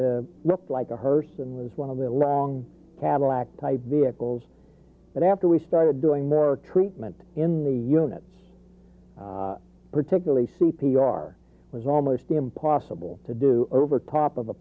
looked like a hearse and was one of the long cadillac type vehicles but after we started doing more treatment in the units particularly c p r was almost impossible to do over top of